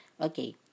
Okay